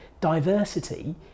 diversity